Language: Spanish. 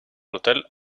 hotel